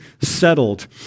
settled